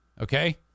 Okay